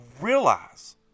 realize